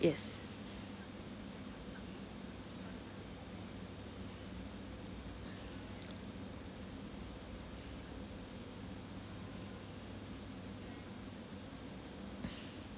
yes